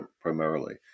primarily